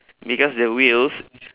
because the wheels